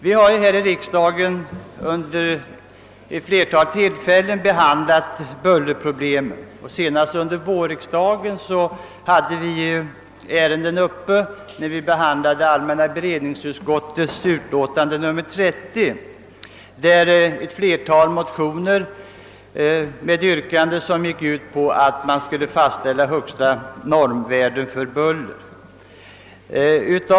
Vi har här i riksdagen vid ett flertal tillfällen diskuterat bullerproblemen, senast under vårriksdagen i samband med allmänna beredningsutskottets utlåtande nr 30, vari behandlas motioner med yrkanden om att man skulle fastställa högsta normvärden för buller.